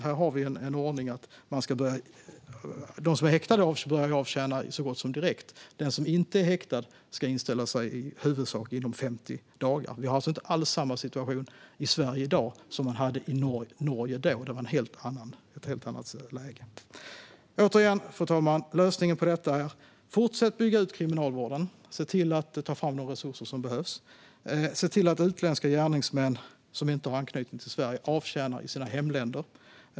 Här har vi den ordningen att de som är häktade börjar avtjäna sitt straff så gott som direkt medan de som inte är häktade ska inställa sig i huvudsak inom 50 dagar. Vi har alltså inte alls samma situation i Sverige i dag som man hade i Norge då. Det var ett helt annat läge. Återigen, fru ålderspresident, är lösningen på detta att fortsätta bygga ut kriminalvården. Vi ska se till att ta fram de resurser som behövs. Vi ska också se till att utländska gärningsmän som inte har anknytning till Sverige avtjänar straffen i sina hemländer.